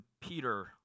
Peter